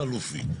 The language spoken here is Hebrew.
חלופית.